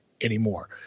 anymore